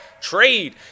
trade